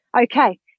Okay